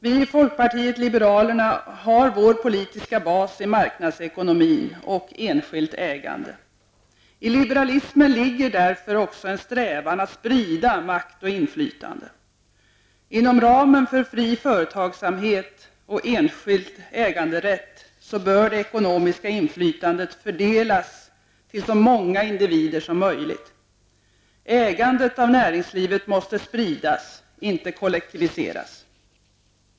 Vi i folkpartiet liberalerna har vår politiska bas i marknadsekonomin och synen på enskilt ägande. I liberalismen ligger därför också en strävan att sprida makt och inflytande. Inom ramen för fri företagsamhet och enskild äganderätt bör det ekonomiska inflytandet fördelas till så många individer som möjligt. Ägandet av näringslivet måste spridas, inte kollektiviseras.